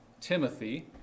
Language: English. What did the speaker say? Timothy